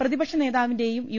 പ്രതിപക്ഷനേതാവിന്റെയും U